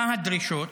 מה הדרישות